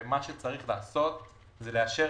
וצריך לאשר